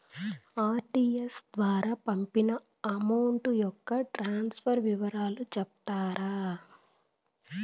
RTGS ద్వారా పంపిన amount యొక్క ట్రాన్స్ఫర్ వివరాలు సెప్తారా